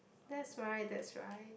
that's right that's right